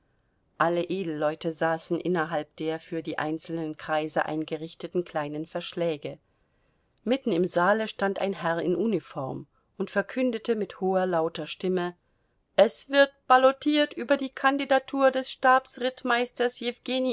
alle edelleute saßen innerhalb der für die einzelnen kreise eingerichteten kleinen verschläge mitten im saale stand ein herr in uniform und verkündete mit hoher lauter stimme es wird ballotiert über die kandidatur des